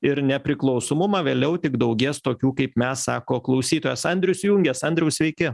ir nepriklausomumą vėliau tik daugės tokių kaip mes sako klausytojas andrius jungias andriau sveiki